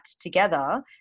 together